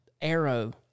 arrow